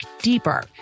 deeper